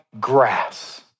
grass